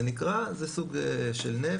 זה סוג של נפט.